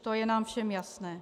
To je nám všem jasné.